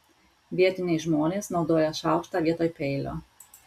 vietiniai žmonės naudoja šaukštą vietoj peilio